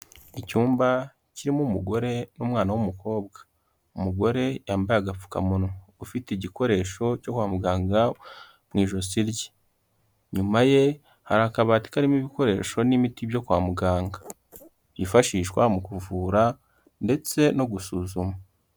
Icyumba kirimo umugore n'umwana w'umukobwa. Umugore yambaye agapfukamunwa ufite igikoresho cyo kwa muganga mu ijosi rye. Nyuma ye hari akabati karimo ibikoresho n'imiti byo kwa muganga. Byifashishwa mu kuvura ndetse no gusuzuma.